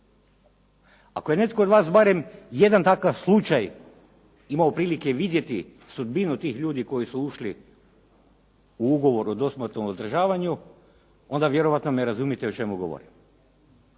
ako je netko od vas barem jedan takav slučaj imao prilike vidjeti, sudbinu tih ljudi koji su ušli u ugovor o dosmrtnom uzdržavanju, onda vjerojatno me razumijete o čemu govorim.